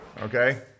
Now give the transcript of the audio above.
okay